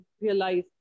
realize